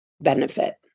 benefit